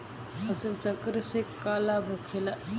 फसल चक्र से का लाभ होखेला?